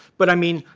but i mean,